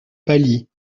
pâlit